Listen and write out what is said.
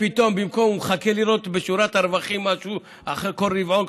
הוא מחכה לראות בשורת הרווחים משהו אחרי כל רבעון,